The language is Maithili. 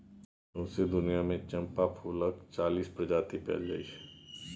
सौंसे दुनियाँ मे चंपा फुलक चालीस प्रजाति पाएल जाइ छै